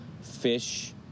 fish